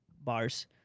Bars